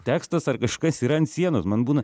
tekstas ar kažkas yra ant sienos man būna